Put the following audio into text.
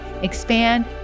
expand